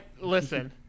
Listen